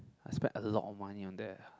I spent a lot of money on that